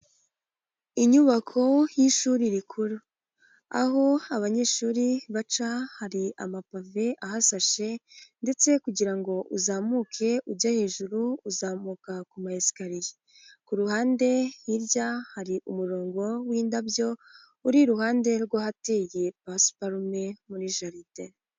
Inyubako y'ishuri rikuru, aho abanyeshuri baca hari amapave ahasashe ndetse kugira ngo uzamuke ujya hejuru uzamuka ku ma esikariye, ku ruhande hirya hari umurongo w'indabyo uri iruhande rw'ahateye pasiparume muri jaride.